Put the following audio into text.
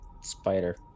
spider